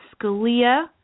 Scalia